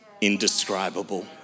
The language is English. indescribable